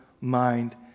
mind